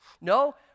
No